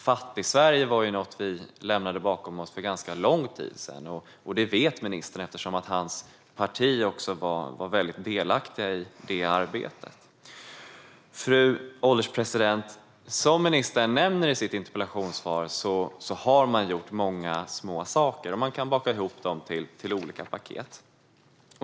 Fattigsverige var någonting som vi lämnade bakom oss för ganska länge sedan. Det vet ministern, eftersom hans parti var väldig delaktigt i det arbetet. Fru ålderspresident! Som ministern nämner i sitt interpellationssvar har man gjort många små saker som kan bakas ihop till olika paket.